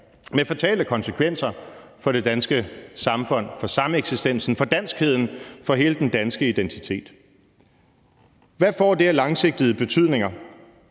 med fatale konsekvenser for det danske samfund, for sameksistensen, for danskheden og for hele den danske identitet. Hvad får det af langsigtet betydning?